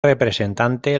representante